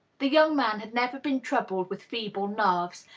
the young man had never been troubled with feeble nerves,